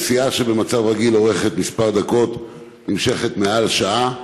נסיעה שבמצב רגיל אורכת כמה דקות נמשכת מעל שעה.